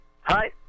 Hi